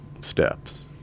steps